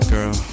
Girl